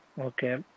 Okay